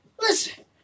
Listen